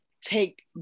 take